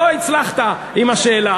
לא הצלחת עם השאלה.